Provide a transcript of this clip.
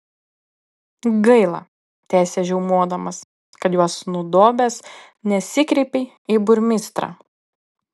gaila tęsė žiaumodamas kad juos nudobęs nesikreipei į burmistrą